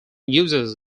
uses